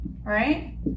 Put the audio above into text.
right